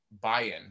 buy-in